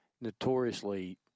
notoriously